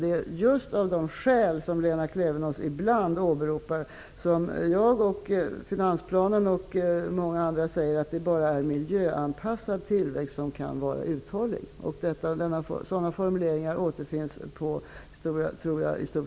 Det är just av de skäl som Lena Klevenås ibland åberopar som jag, finansplanen och många andra säger att det endast är miljöanpassad tillväxt som kan vara uthållig. Sådana formuleringar återfinns överallt.